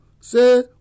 Say